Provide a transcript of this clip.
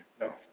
No